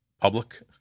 public